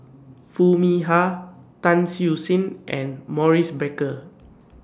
Foo Mee Har Tan Siew Sin and Maurice Baker